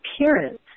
appearance